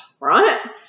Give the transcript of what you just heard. right